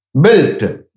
built